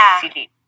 CD